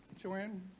Joanne